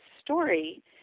story